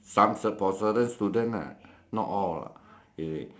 some cer~ for certain student ah not all lah you see